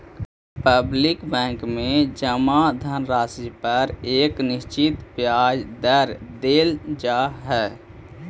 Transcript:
public bank में जमा धनराशि पर एक निश्चित ब्याज दर देल जा हइ